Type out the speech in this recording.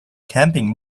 camping